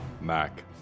Mac